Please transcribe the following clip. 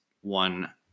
one